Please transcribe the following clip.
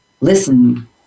Listen